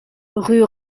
rue